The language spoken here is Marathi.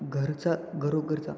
घरचा घरोघरचा